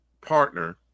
partner